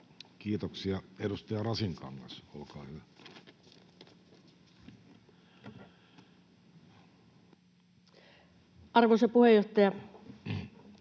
Kiitoksia. — Edustaja Rasinkangas, olkaa hyvä. [Speech